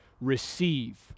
receive